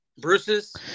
Bruce's –